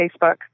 Facebook